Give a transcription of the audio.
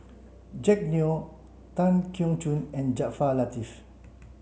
Jack Neo Tan Keong Choon and Jaafar Latiff